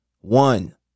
One